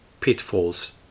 Pitfalls